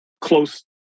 close